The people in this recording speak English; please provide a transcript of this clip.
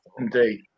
Indeed